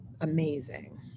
amazing